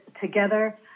together